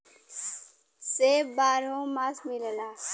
सेब बारहो मास मिलला